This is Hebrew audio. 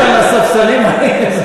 מהספסלים האלה,